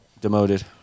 Demoted